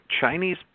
Chinese